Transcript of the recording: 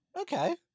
okay